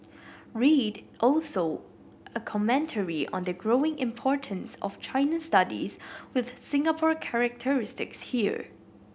read also a commentary on the growing importance of China studies with Singapore characteristics here